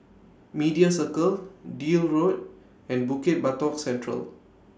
Media Circle Deal Road and Bukit Batok Central